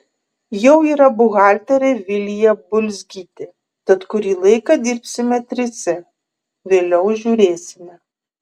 jau yra buhalterė vilija bulzgytė tad kurį laiką dirbsime trise vėliau žiūrėsime